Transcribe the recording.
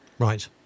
Right